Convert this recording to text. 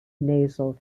nasal